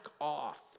off